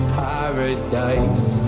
paradise